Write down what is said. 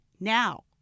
now